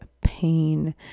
pain